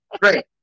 great